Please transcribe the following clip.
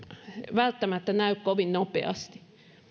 välttämättä näy kovin nopeasti